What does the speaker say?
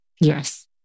yes